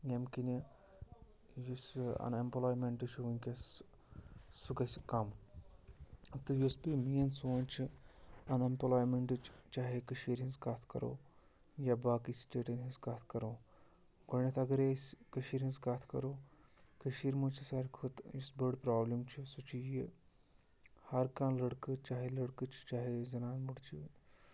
ییٚمۍ کِنہِ یُس یہِ اَن اٮ۪مپٕلایمٮ۪نٛٹ چھُ وٕنۍکٮ۪س سُہ گژھِ کَم تہٕ یُس بیٚیہِ میٛٲنۍ سونٛچ چھِ اَن اٮ۪مپٕلایمٮ۪نٛٹٕچ چاہے کٔشیٖرِ ہِنٛز کَتھ کَرو یا باقٕے سٕٹیٹَن ہِنٛز کَتھ کَرو گۄڈٕنٮ۪تھ اَگرَے أسۍ کٔشیٖرِ ہِنٛز کَتھ کَرو کٔشیٖرِ منٛز چھُ ساروی کھۄتہٕ یُس بٔڑ پرٛابلِم چھِ سُہ چھِ یہِ ہَرٕ کانٛہہ لٔڑکہٕ چاہے لٔڑکہٕ چھُ چاہے زَنان موٚنٛڈ چھِ